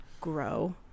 grow